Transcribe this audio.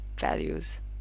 values